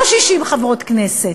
לא 60 חברות כנסת,